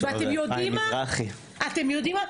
אתם יודעים מה?